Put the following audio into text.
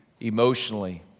emotionally